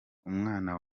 umwana